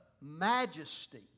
majesty